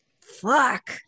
Fuck